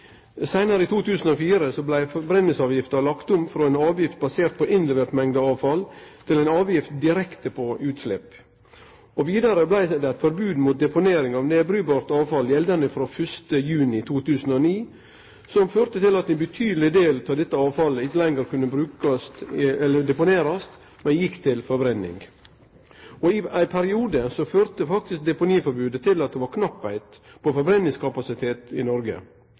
Seinare, i 2004, blei forbrenningsavgifta lagd om frå ei avgift basert på levert mengde avfall til ei avgift direkte på utslepp. Vidare blei det forbod mot deponering av avfall som kan brytast ned, gjeldande frå 1. juni 2009. Det førte til at ein betydeleg del av dette avfallet ikkje lenger kunne deponerast, men gjekk til forbrenning. I ein periode førte faktisk deponiforbodet til at det var knappleik på forbrenningskapasitet i Noreg.